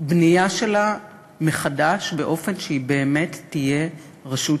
בנייה שלה מחדש באופן שהיא באמת תהיה רשות